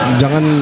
jangan